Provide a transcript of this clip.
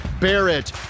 Barrett